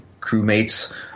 crewmates